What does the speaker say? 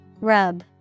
rub